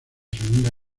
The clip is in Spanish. segunda